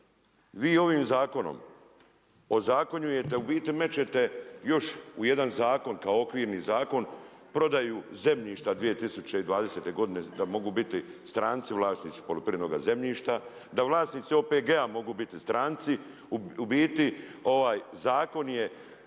Vi ovim zakonom ozakonjujete, u biti mećete još u jedna zakon kao okvirni zakon, prodaju zemljišta 2020. g. da mogu biti stranci vlasnici poljoprivrednoga zemljišta, da vlasnici OPG-a mogu biti stranci, u biti ovaj zakon je